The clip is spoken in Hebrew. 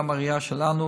גם הראייה שלנו,